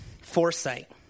foresight